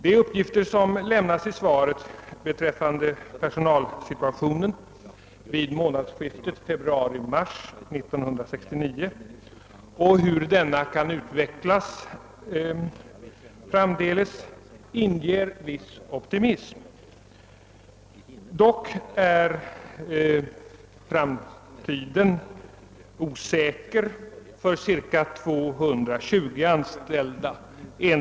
De uppgifter som lämnas i svaret beträffande personalsituationen vid månadsskiftet februari/mars 1969 och hur denna kan utvecklas framdeles inger viss optimism. Enligt svaret är framtiden emellertid osäker för cirka 220 anställda.